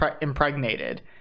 Impregnated